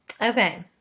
okay